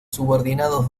subordinados